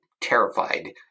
terrified